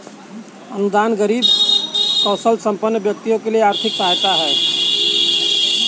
अनुदान गरीब कौशलसंपन्न व्यक्तियों के लिए आर्थिक सहायता है